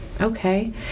Okay